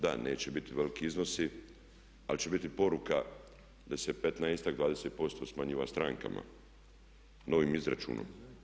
Da, neće biti veliki iznosi ali će biti poruka da se 15-ak, 20% smanjuje strankama novim izračunom.